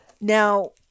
now